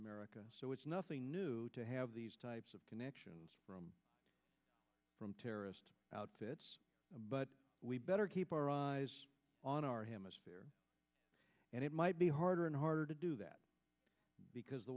america so it's nothing new to have these types of connections from terrorist outfits but we better keep our eyes on our hemisphere and it might be harder and harder to do that because the